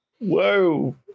Whoa